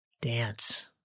Dance